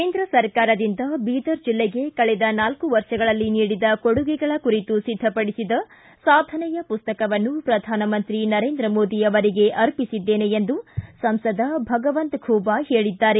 ಕೇಂದ್ರ ಸರ್ಕಾರದಿಂದ ಬೀದರ ಜಿಲ್ಲೆಗೆ ಕಳೆದ ನಾಲ್ಕು ವರ್ಷಗಳಲ್ಲಿ ನೀಡಿದ ಕೊಡುಗೆಗಳ ಕುರಿತು ಸಿದ್ದಪಡಿಸಿದ ಸಾಧನೆಯ ಮಸ್ತಕವನ್ನು ಪ್ರಧಾನಮಂತ್ರಿ ನರೇಂದ್ರ ಮೋದಿ ಅವರಿಗೆ ಅರ್ಪಿಸಿದ್ದೆನೆ ಎಂದು ಸಂಸದ ಭಗವಂತ ಖೂಬ ಹೇಳಿದ್ದಾರೆ